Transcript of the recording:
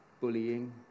bullying